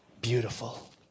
beautiful